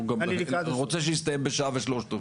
אני גם רוצה שהוא יסתיים בשעה ושלושת רבעי.